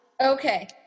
Okay